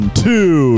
two